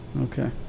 Okay